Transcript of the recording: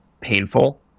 painful